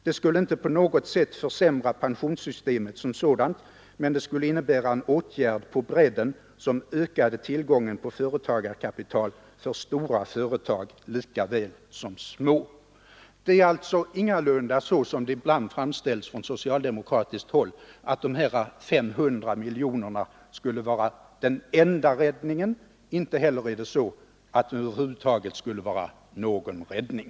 ”Det skulle inte på något sätt försämra pensionssystemet som sådant men det skulle innebära en åtgärd på bredden som ökade tillgången på företagarkapital för stora företag likaväl som för små.” Det är alltså ingalunda så, som det ibland framställs från socialdemokratiskt håll, att dessa 500 miljoner skulle vara den enda räddningen. Inte heller är det så att de över huvud taget är en räddning.